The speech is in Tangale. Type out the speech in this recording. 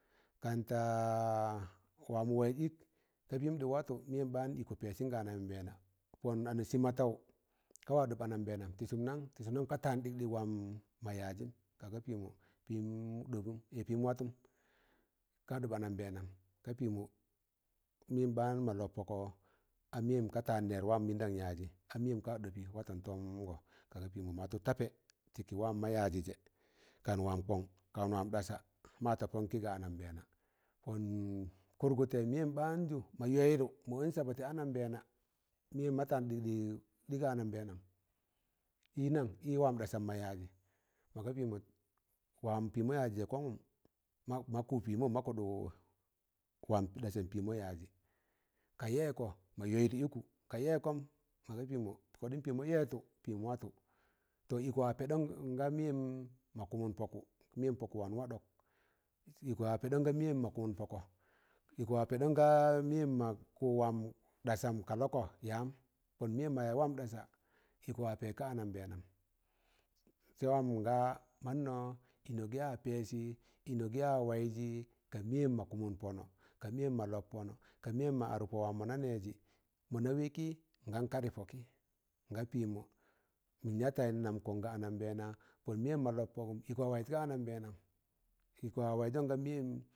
Kanta wamọ waịz ịk, ka pịm ɗị watọ meyẹm baan ịkọ pẹsịn ga anambẹẹna, pọn ana sịmọtaụ kawa ɗọb anambẹẹna, tị sụm nang? tịsụm nam ka taan ɗịkɗịk wam mọ yazịn, kaga pịmọ pịm ɗọbụn pịm watum ka ɗọb anambẹẹna ka pịmọ mịn baan mọ lọb pọkọ a mịyẹm ka taan nẹr wam mịndam yajị a mịyẹm ka ɗọpị watọn yajị lọngọ ka watị tapẹ kị wamma yajị jẹ, kan wam kọn, kan wam ɗasa, ma tapọn kị ga anambẹẹna pọn kụrgụtẹ miyem ɓaan jụ ma yọydụ ma ọn saba tị anambẹẹna meyẹm ma taan ɗịkɗịk ɗị ga anambẹẹna ị nan? ị wam ɗasam mọ yaajị maga pịmọ wam pịmọ yajị jẹ kọngụm ma kụ pịmọm ma kuɗọ wam ɗasam pịmọ yajị ka yẹkọ ma yọyịd ịkụ ka yẹ kọm maga pịmọ kodim pimo yetụ pim watu tọ ịkụ wa pẹɗọm nga mịyẹm mọ kụmun pọku mịn pọk wan waɗọk ịkụ wa pẹɗọn ga mịnyẹn mọ kụnụm pọko ịkọ wa pẹdọn ga mịyẹm mọ kụ wan ɗasam ka lọkọ yam pọn mịyẹn mọ yaz wam ɗasa, ịkọ wa pẹ ka anambẹẹna, sẹ wam nga mannọ ịnọ gị yan pẹsị, ịnọ gị ya waịzị ka mụyẹn mọ kụmụn pọnọ, ka mụyẹn mọ adụk pọ wam mọ na nẹẹjị, mọna wẹ kị ngam kadị, pọkị nga pịmọ minya tayin, ̣mam kọng ka anambẹẹna, pọn mụyẹm mọlọb pagụm ịkọ wa wayịz ka anambẹẹna, ịkọ wa waịzọn ga mịnyẹm ma